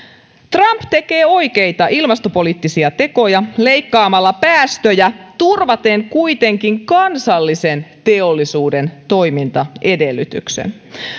trump tekee oikeita ilmastopoliittisia tekoja leikkaamalla päästöjä turvaten kuitenkin kansallisen teollisuuden toimintaedellytykset